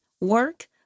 work